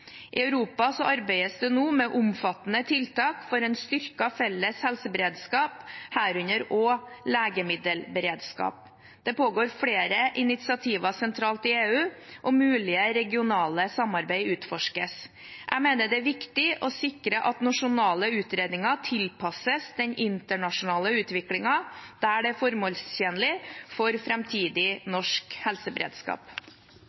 I Europa arbeides det nå med omfattende tiltak for en styrket felles helseberedskap, herunder også legemiddelberedskap. Det pågår flere initiativer sentralt i EU, og mulige regionale samarbeid utforskes. Jeg mener det er viktig å sikre at nasjonale utredninger tilpasses den internasjonale utviklingen der det er formålstjenlig for framtidig